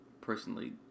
personally